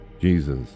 Jesus